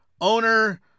owner